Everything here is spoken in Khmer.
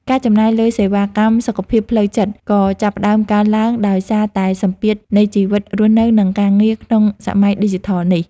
ការចំណាយលើសេវាកម្មសុខភាពផ្លូវចិត្តក៏ចាប់ផ្ដើមកើនឡើងដោយសារតែសម្ពាធនៃជីវិតរស់នៅនិងការងារក្នុងសម័យឌីជីថលនេះ។